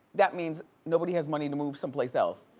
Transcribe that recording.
that means nobody has money to move someplace else.